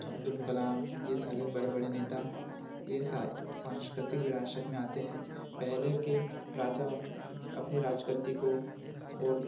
अब्दुल कलाम ये साले बड़े बड़े नेता ये सा सांस्कृतिक विरासत में आते हैं पहले के राजा अपनी राज गद्दी को और